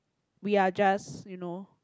we are just you know